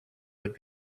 would